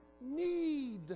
need